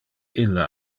ille